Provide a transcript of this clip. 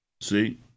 See